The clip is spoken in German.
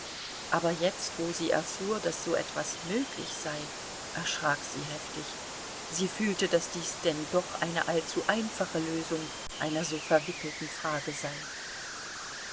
aber jetzt wo sie erfuhr daß so etwas möglich sei erschrak sie heftig sie fühlte daß dies denn doch eine allzu einfache lösung einer so verwickelten frage sei